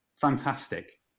Fantastic